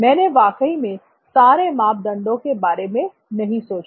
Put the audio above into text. मैंने वाकई में सारे मापदंडों के बारे में नहीं सोचा